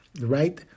right